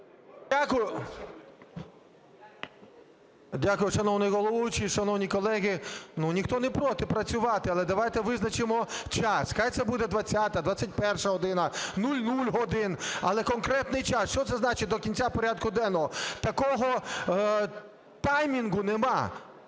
Дякую. Дякую, шановний головуючий. Шановні колеги, ну, ніхто не проти працювати, але давайте визначимо час. Хай це буде 20-а, 21 година, 00 годин, але конкретний час. Що це значить – до кінця порядку денного? Такого таймінгу нема,